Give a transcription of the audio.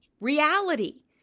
reality